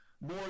more